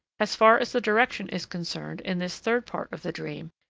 as far as the direction is concerned in this third part of the dream,